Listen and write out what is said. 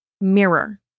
Mirror